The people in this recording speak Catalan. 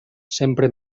sempre